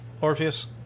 Orpheus